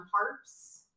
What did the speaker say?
harps